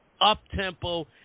up-tempo